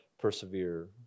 persevere